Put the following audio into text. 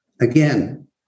again